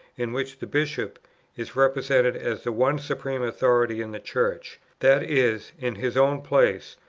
in which the bishop is represented as the one supreme authority in the church, that is, in his own place,